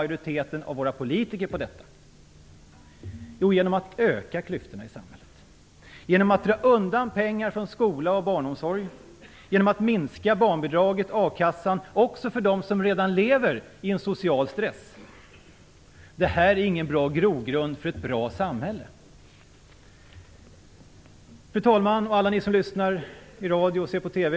Jo, genom att öka klyftorna i samhället - genom att dra undan pengar från skola och barnomsorg, genom att minska barnbidraget och a-kassan också för dem som redan lever under social stress. Detta är ingen god grogrund för ett bra samhälle. Fru talman! Alla ni som lyssnar och ser på TV!